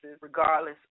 regardless